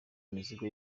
imizigo